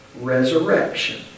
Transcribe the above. resurrection